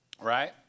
right